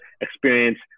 experience